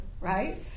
right